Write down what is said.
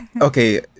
okay